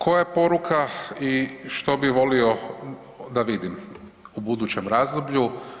Koja je poruka i što bi volio da vidim u budućem razdoblju?